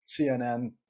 CNN